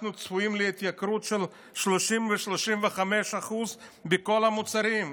אנחנו צפויים להתייקרות של 30% ו-35% בכל המוצרים,